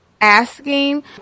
asking